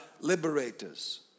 liberators